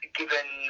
given